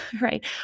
right